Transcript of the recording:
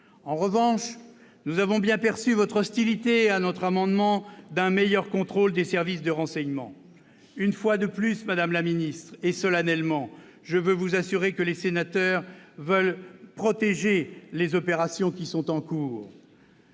En revanche, nous avons bien perçu votre hostilité à notre amendement visant à un meilleur contrôle des services de renseignement. Une fois de plus, madame la ministre, et solennellement, je veux vous assurer que les sénateurs veulent protéger les opérations qui sont en cours.